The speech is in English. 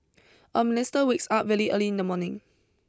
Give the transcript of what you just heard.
a minister wakes up really early in the morning